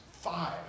five